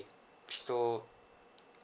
so